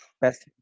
best